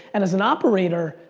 and as an operator,